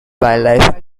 wildlife